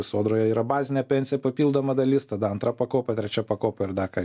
sodroje yra bazinė pensija papildoma dalis tada antra pakopa trečia pakopa ir dar ką